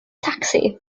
tacsi